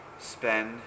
spend